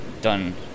done